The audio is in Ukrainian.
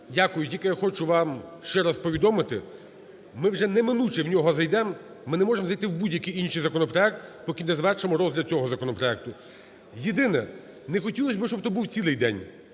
Дякую. Тільки я хочу вам ще раз повідомити, ми вже неминуче в нього зайдемо, ми не можемо зайти в будь-який інший законопроект, поки не завершимо розгляд цього законопроекту. Єдине, не хотілося б, щоб то був цілий день,